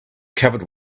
covered